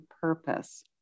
purpose